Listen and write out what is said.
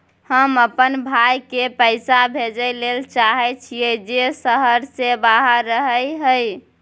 हम अपन भाई के पैसा भेजय ले चाहय छियै जे शहर से बाहर रहय हय